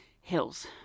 Hills